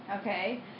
Okay